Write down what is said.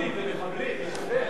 זה לא ערבים, זה מחבלים.